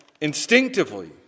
instinctively